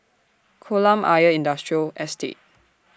Kolam Ayer Industrial Estate